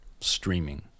streaming